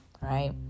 Right